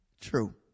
true